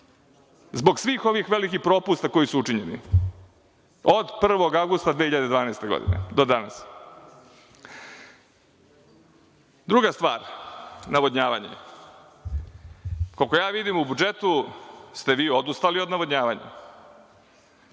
zbog svih ovih velikih propusta koji su učinjeni od 1. avgusta 2012. godine do danas. Druga stvar – navodnjavanje. Koliko ja vidim, u budžetu ste vi odustali od navodnjavanja.